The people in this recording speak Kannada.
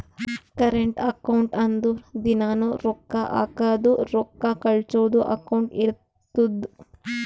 ಕರೆಂಟ್ ಅಕೌಂಟ್ ಅಂದುರ್ ದಿನಾನೂ ರೊಕ್ಕಾ ಹಾಕದು ರೊಕ್ಕಾ ಕಳ್ಸದು ಅಕೌಂಟ್ ಇರ್ತುದ್